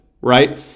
right